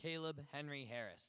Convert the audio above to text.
caleb henry harris